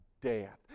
death